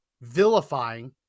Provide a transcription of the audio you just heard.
vilifying